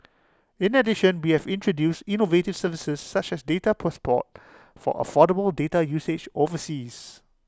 in addition we have introduced innovative services such as data passport for affordable data usage overseas